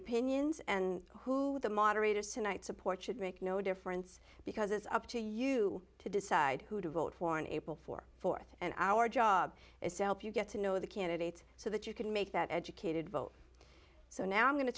opinions and who the moderators tonight support should make no difference because it's up to you to decide who to vote for in april for four and our job is to help you get to know the candidates so that you can make that educated vote so now i'm going to